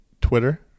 Twitter